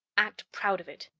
act proud of it!